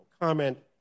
comment